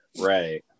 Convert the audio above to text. Right